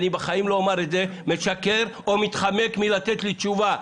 אני בחיים לא אומר את זה משקר או מתחמקת מלתת לי תשובה.